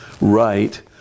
right